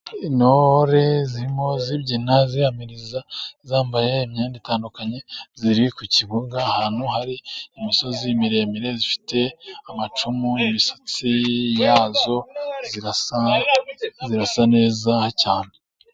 Intore zirimo zibyina zihamiriza, zambaye imyenda itandukanye, ziri ku kibuga ahantu hari imisozi miremire, zifite amacumu n'imisatsi yazo zirasa neza cyane.